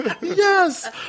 Yes